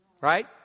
right